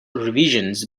revisions